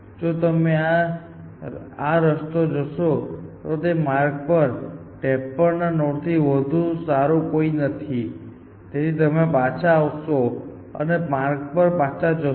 જો તમે આ રસ્તે જશો તો તે માર્ગ પર 53 નોડ થી વધુ સારું કોઈ નથી તમે અહીં પાછા આવશો અને આ માર્ગ પર પાછા જશો